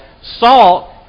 salt